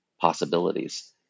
possibilities